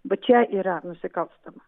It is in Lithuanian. va čia yra nusikalstama